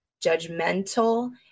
judgmental